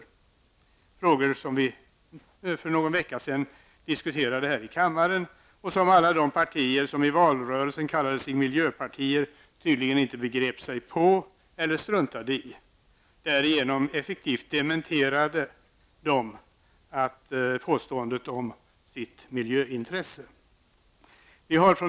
Det är frågor som vi för någon vecka sedan diskuterade här i kammaren och som de partier som i valrörelsen kallade sig miljöpartier tydligen inte begrep eller struntade i. Därigenom dementerade de definitivt påståendet om sitt miljöintresse.